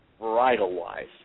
varietal-wise